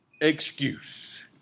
excuse